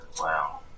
Wow